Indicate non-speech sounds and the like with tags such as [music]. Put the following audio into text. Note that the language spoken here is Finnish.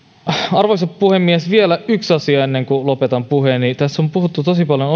arvoisa puhemies vielä yksi asia ennen kuin lopetan puheeni tässä on puhuttu tosi paljon [unintelligible]